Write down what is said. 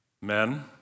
Men